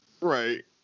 Right